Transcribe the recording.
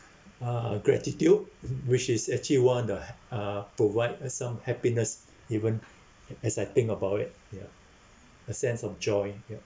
uh gratitude which is actually one of the h~ uh provide us some happiness even as I think about it ya a sense of joy ya